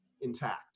intact